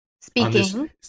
speaking